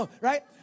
right